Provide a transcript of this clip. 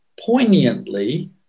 poignantly